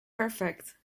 perfect